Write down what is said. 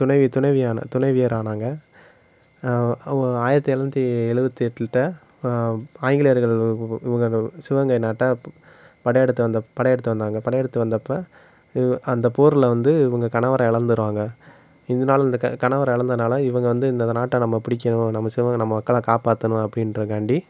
துணைவி துணைவியான துணைவியரானாங்க அவங்க ஆயிரத்தி எழுநூத்தி எழுவத்தி எட்டுக்கிட்ட ஆங்கிலேயர்கள் இவங்கள சிவகங்கை நாட்டை படையெடுத்து வந்தப் படையெடுத்து வந்தாங்கள் படையெடுத்து வந்தப்போ இவங்க அந்த போர்ல வந்து இவங்க கணவரை இலந்துருவாங்க இதனால் இந்த க கணவரை இலந்ததுனால இவங்க வந்து இந்த நாட்டை நம்ம பிடிக்கணும் நம்ம சிவகங்கை நம்ம மக்களை காப்பாற்றணும் அப்படின்றதுக்காண்டி